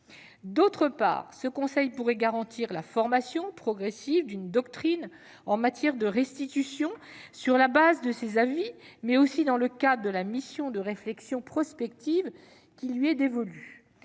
D'autre part, ce conseil pourra contribuer à la formation progressive d'une doctrine en matière de restitution, sur la base de ses avis, ainsi que dans le cadre de la mission de réflexion prospective qui lui est dévolue.